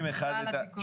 תודה על התיקון.